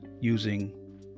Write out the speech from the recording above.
using